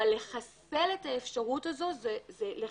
אבל לחסל את האפשרות הזו זה לחסל,